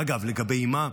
ואגב, לגבי אימה,